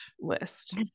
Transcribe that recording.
list